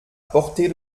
portée